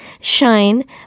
shine